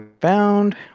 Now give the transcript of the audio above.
found